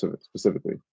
specifically